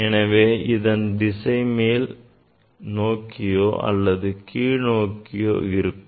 எனவே இதன் திசை மேல் நோக்கியோ அல்லது கீழ் நோக்கியோ இருக்கும்